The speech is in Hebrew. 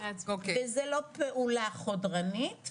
וזה לא פעולה חודרנית,